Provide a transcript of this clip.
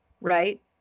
right